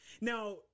now